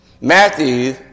Matthew